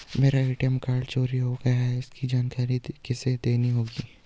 मेरा ATM card चोरी हो गया है इसकी जानकारी किसे देनी होगी?